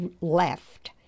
left